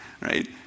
right